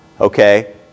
okay